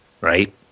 right